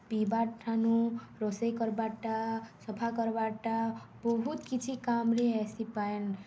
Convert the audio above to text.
ପିଇବାର୍ଠାନୁ ରୋଷେଇ କର୍ବାର୍ଟା ସଫା କର୍ବାର୍ଟା ବହୁତ୍ କିଛି କାମ୍ରେ ଆଏସି ପାଏନ୍